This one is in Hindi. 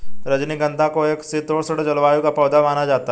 रजनीगंधा को एक शीतोष्ण जलवायु का पौधा माना जाता है